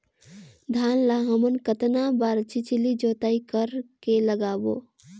धान ला हमन कतना बार छिछली जोताई कर के लगाबो?